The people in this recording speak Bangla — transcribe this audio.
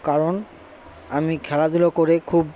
কারণ আমি খেলাধুলো করে খুব